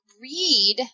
read